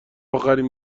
اخرین